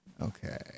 Okay